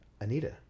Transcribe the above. Anita